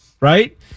Right